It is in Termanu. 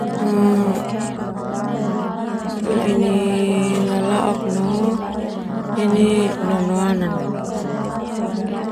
Lebih lalaok no ini nonoana.